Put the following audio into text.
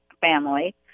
family